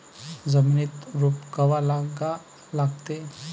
जमिनीत रोप कवा लागा लागते?